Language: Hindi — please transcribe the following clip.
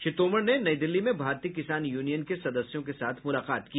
श्री तोमर ने नई दिल्ली में भारतीय किसान यूनियन के सदस्यों के साथ मुलाकात की